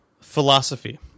philosophy